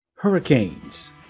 Hurricanes